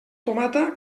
tomata